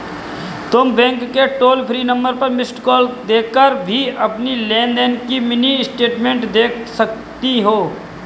तुम बैंक के toll free number पर मिस्ड कॉल देकर भी अपनी लेन देन की मिनी स्टेटमेंट देख सकती हो